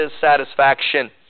satisfaction